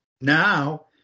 Now